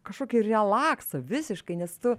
kažkokį relaksą visiškai nes tu